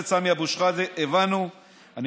אז לכן אני